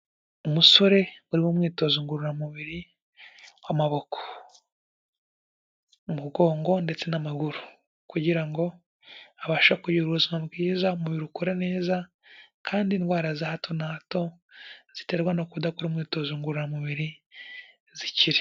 Umusore uri mu umwitozo ngororamubiri w'amaboko, umugongo ndetse n'amaguru, kugira ngo abashe kugira ubuzima bwiza, umubiri ukore neza kandi indwara za hato na hato ziterwa no kudakora umwitozo ngororamubiri zikire.